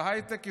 בהייטק הישראלי.